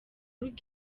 rugo